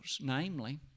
namely